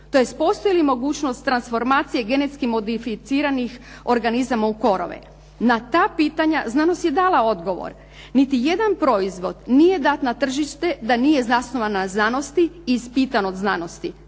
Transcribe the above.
tj. postoji li mogućnost transformacije genetski modificiranih organizama u korove? Na ta pitanja znanost je dala odgovor. Niti jedan proizvod nije dat na tržište da nije zasnovan na znanosti i ispitan od znanosti,